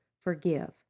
forgive